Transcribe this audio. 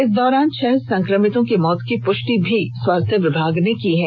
इस दौरान छह संक्रमितों की मौत की पुष्टि स्वास्थ्य विभाग ने की है